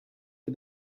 for